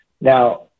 Now